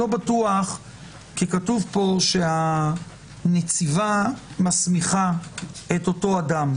כתוב פה שהנציבה מסמיכה את אותו אדם,